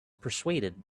persuaded